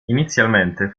inizialmente